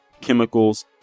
chemicals